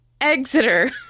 Exeter